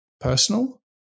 personal